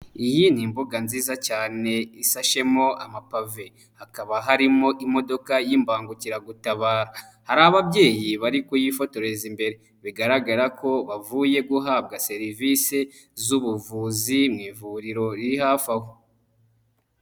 Iyi ni imbuga nziza cyane ishashemo amapave. hakaba harimo imodoka y'ibangukiragutaba, hari ababyeyi bari kuyifotoreza imbere bigaragara ko bavuye guhabwa serivisi z'ubuvuzi mu ivuriro riri hafi aho.